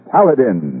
Paladin